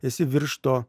esi virš to